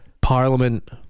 Parliament